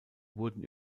wurden